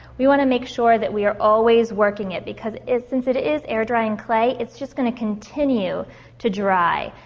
we want to make sure that we are always working it because it, sense it it is air drying clay it's just going to continue to dry.